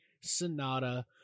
Sonata